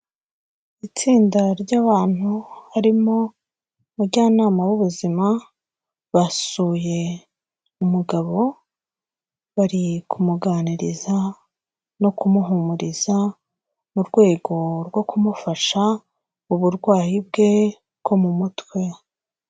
Itsinda ry'abantu harimo umujyanama w'ubuzima basuye umugabo bari kumuganiriza no kumuhumuriza mu rwego rwo kumufasha uburwayi bwe bwo mu mutwe.